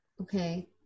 Okay